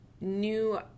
new